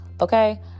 Okay